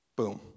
Boom